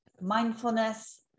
mindfulness